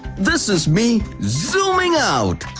this is me zooming out!